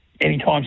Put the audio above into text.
Anytime